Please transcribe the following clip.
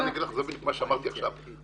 זה בדיוק מה שאמרתי עכשיו.